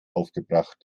aufgebracht